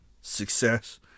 success